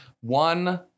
one